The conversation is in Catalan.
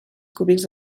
cúbics